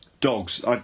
Dogs